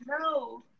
No